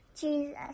Jesus